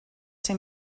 ser